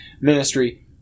ministry